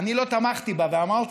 בוא נגיד